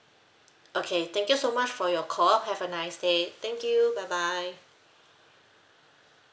okay thank you so much for your call have a nice day thank you bye bye